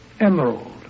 Emerald